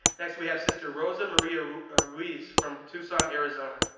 next we have sister rosa maria ruiz from tucson, arizona.